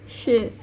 shit